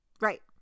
Right